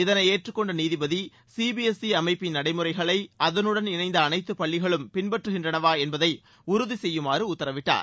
இதனை ஏற்றுக்கொண்ட நீதிபதி சிபிஎஸ்ஈ அமைப்பின் நடைமுறைகளை அதனுடன் இணைந்த அனைத்து பள்ளிக்கூடங்களும் பின்பற்றுகின்றனவா என்பதை உறுதி செய்யுமாறு உத்தரவிட்டார்